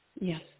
Yes